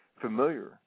familiar